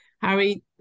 harry